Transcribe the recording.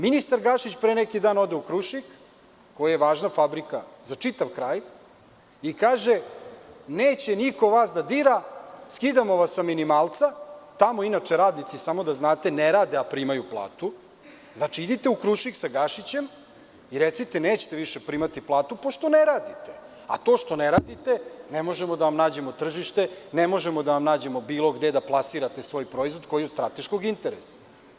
Ministar Gašić pre neki dan ode u „Krušik“, koji je važna fabrika za čitav kraj, i kaže – neće niko vas da dira, skidamo vas sa minimalca, tamo inače radnici, samo da znate, ne rade, a primaju platu, znači idite u „Krušik“ sa Gašićem i recite – nećete više primati platu pošto ne radite, a to što ne radite, ne možemo da vam nađemo tržište, ne možemo da vam nađemo bilo gde da plasirate svoj proizvod koji je od strateškog interesa.